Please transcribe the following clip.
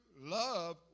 love